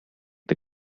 the